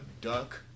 duck